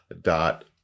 dot